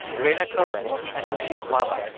rhaina cohen and lushik wahba.